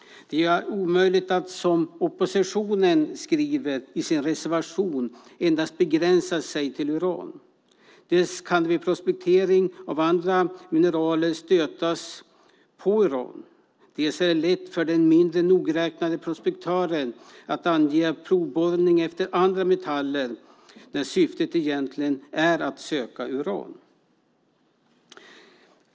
Det är omöjligt att som oppositionen skriver i sin reservation endast begränsa sig till uran. Dels kan det vid prospektering av andra mineraler stötas på uran. Dels är det lätt för den mindre nogräknade prospekteraren att ange provborrning efter andra metaller när syftet egentligen är att söka uran.